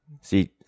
see